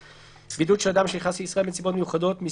שעה)(בידוד של אדם שנכנס לישראל בנסיבות מיוחדות)(מס'